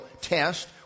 test